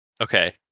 Okay